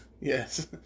Yes